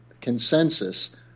consensus